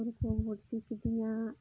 ᱵᱷᱚᱛᱤ ᱠᱤᱫᱤᱧᱟ